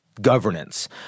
Governance